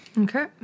Okay